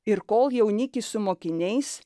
ir kol jaunikis su mokiniais